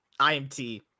IMT